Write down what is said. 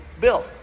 Bill